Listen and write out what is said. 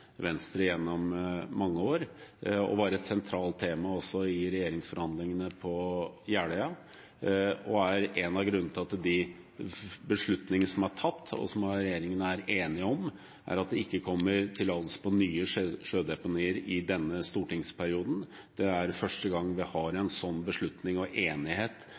Venstre gjennom mange år. Den var også et sentralt tema i regjeringsforhandlingene på Jeløya, og er en av grunnene til at den beslutningen som er tatt, og som regjeringen er enig om, er at det ikke kommer tillatelse til nye sjødeponier i denne stortingsperioden. Det er første gang vi har en slik beslutning og enighet